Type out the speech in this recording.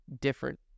different